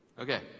Okay